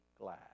glad